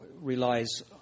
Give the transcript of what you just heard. relies –